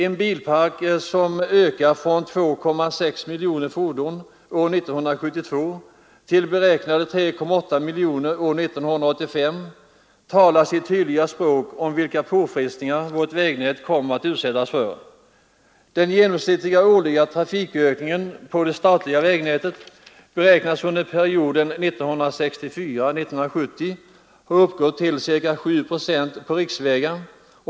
Enligt beräkningarna skall bilparken öka från 2,6 miljoner fordon år 1972 till 3,8 miljoner år 1985, vilket talar sitt tydliga språk om vilka påfrestningar vårt vägnät kommer att utsättas för. Den genomsnittliga årliga trafikökningen beräknas perioden 1964—1970 ha uppgått till ca 7 procent på riksvägar.